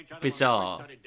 bizarre